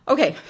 Okay